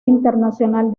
internacional